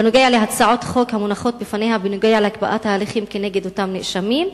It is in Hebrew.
בנוגע להצעות חוק המונחות בפניה בנוגע להקפאת ההליכים כנגד אותם נאשמים?